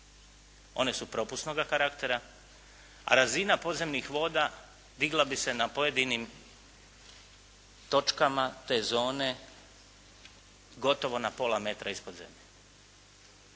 One su propusnoga karaktera a razina podzemnih voda digla bi se na pojedinim točkama te zone, gotovo na pola metra ispod zemlje.